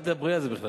אל תדברי על זה בכלל.